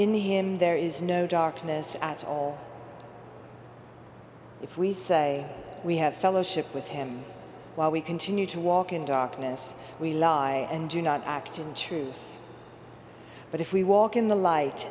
him there is no darkness at all if we say we have fellowship with him while we continue to walk in darkness we lie and do not act in truth but if we walk in the light